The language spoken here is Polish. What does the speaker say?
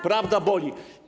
Prawda boli.